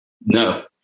no